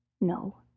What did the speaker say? No